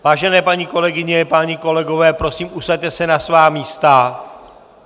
Vážené paní kolegyně, páni kolegové, prosím, usaďte se na svá místa!